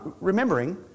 remembering